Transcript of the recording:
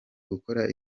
gukora